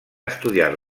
estudiat